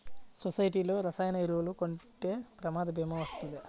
సొసైటీలో రసాయన ఎరువులు కొంటే ప్రమాద భీమా వస్తుందా?